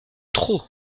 trop